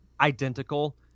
identical